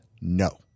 No